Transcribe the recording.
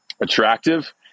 attractive